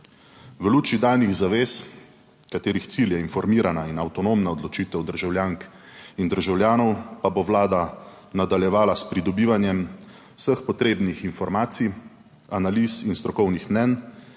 V luči danih zavez, katerih cilj je informirana in avtonomna odločitev državljank in državljanov, pa bo Vlada nadaljevala s pridobivanjem vseh potrebnih informacij, analiz in strokovnih mnenj